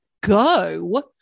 go